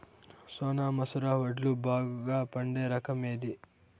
సోనా మసూర వడ్లు బాగా పండే రకం ఏది